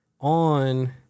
on